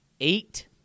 eight